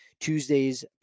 Tuesday's